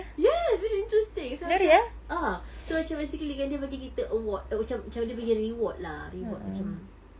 yes very interesting so macam ah so macam basically kan dia bagi kita award macam dia bagi reward lah reward macam